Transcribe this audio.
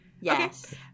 Yes